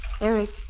Eric